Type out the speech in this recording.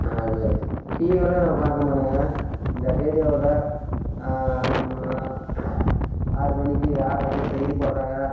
நான் இந்த டிவி எல்லாம் நான் பார்க்க மாட்டேன்ங்க இந்த ரேடியோவில் ஆறு மணிக்கு ஆறரைக்கே செய்தி போடுறாங்க